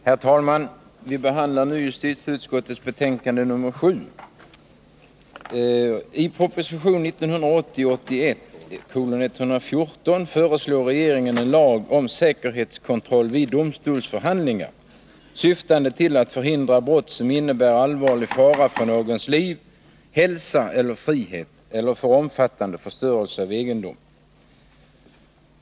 Herr talman! Vi behandlar nu justitieutskottets betänkande nr 7. I proposition 1980/81:114 föreslår regeringen en lag om säkerhetskontroll vid domstolsförhandlingar, syftande till att förhindra brott som innebär allvarlig fara för någons liv, hälsa eller frihet eller för omfattande förstörelse av egendom.